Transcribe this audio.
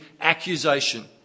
accusation